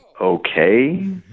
Okay